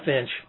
inch